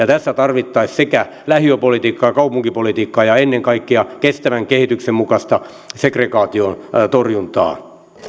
tässä tarvittaisiin lähiöpolitiikkaa kaupunkipolitiikkaa ja ennen kaikkea kestävän kehityksen mukaista segregaation torjuntaa